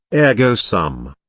ergo sum.